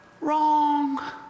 Wrong